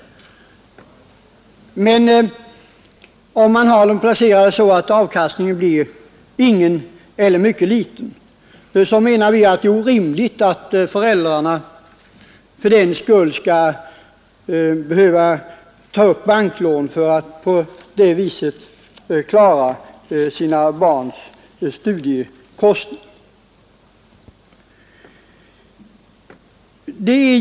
Om de är placerade så att avkastningen blir ingen eller mycket liten är det orimligt att föräldrarna fördenskull skall behöva ta upp banklån för att kunna klara sina barns studiekostnader.